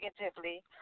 negatively